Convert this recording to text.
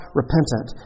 repentant